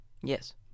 Yes